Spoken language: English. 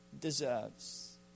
deserves